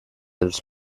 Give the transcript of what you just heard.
els